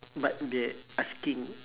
but they asking